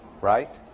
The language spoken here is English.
right